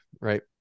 right